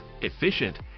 efficient